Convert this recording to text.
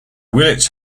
willits